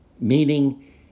meaning